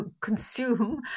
consume